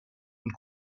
und